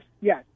Yes